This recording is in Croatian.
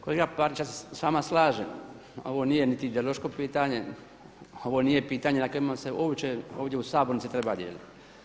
Kolega … ja se s vama slažem, ovo nije niti ideološko pitanje, ovo nije pitanje na kojima se uopće ovdje u sabornici treba dijeliti.